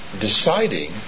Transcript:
deciding